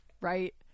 right